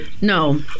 No